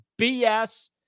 BS